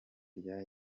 rya